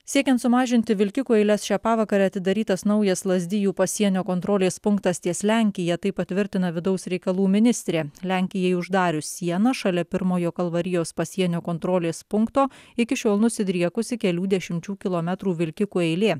siekiant sumažinti vilkikų eiles šią pavakarę atidarytas naujas lazdijų pasienio kontrolės punktas ties lenkija tai patvirtina vidaus reikalų ministrė lenkijai uždarius sieną šalia pirmojo kalvarijos pasienio kontrolės punkto iki šiol nusidriekusi kelių dešimčių kilometrų vilkikų eilė